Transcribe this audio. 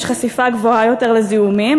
יש חשיפה גבוהה יותר לזיהומים,